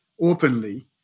openly